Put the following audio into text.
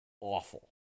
awful